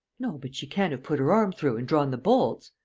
no, but she can have put her arm through and drawn the bolts.